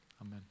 Amen